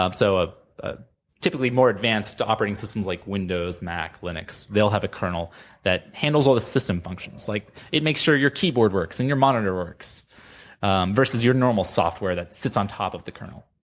um so ah a typically more advanced operating systems like windows, mac, linux, they'll have a cornel that handles all the system like it makes sure your keyboard works, and your monitor works versus your normal software that sits on top of the cornel.